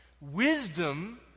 Wisdom